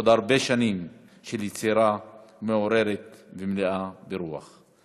עוד הרבה שנים של יצירה מעוררת ומלאה לרוח.